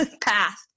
path